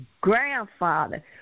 grandfather